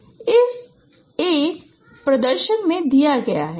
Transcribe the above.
a प्रदर्शन में दिया गया है